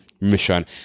mission